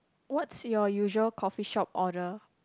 what's your usual coffeeshop order